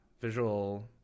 visual